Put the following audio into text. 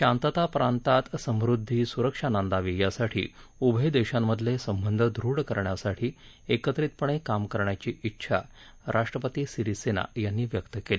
शांतता प्रांतात समुद्दीसुरक्षा नांदावी यासाठी उभय देशांमधले संबंध दृढ करण्यासाठी एकत्रितपणे काम करण्याची डिछा राष्ट्रपती सिरीसेना यांनी व्यक्त केली